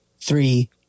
three